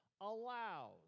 allows